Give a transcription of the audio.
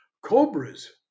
cobras